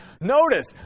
Notice